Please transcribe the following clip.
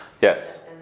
Yes